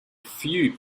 few